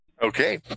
Okay